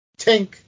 tink